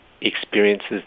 experiences